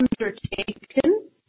undertaken